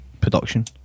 production